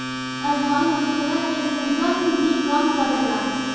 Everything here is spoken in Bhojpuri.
अजवाईन मसूड़ा के सुजन भी कम करेला